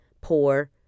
poor